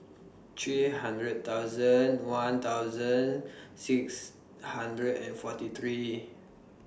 three hundred thousand one thousand six hundred and forty three